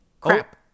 Crap